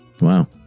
Wow